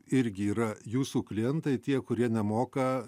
irgi yra jūsų klientai tie kurie nemoka